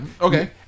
Okay